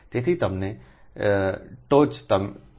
તેથી તેમનો ટોચ તમે ઉમેરી રહ્યા છો